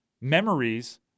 memories